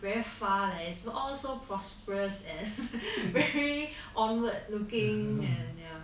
very 发 leh is all so prosporous and very onward looking and yeah